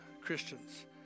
Christians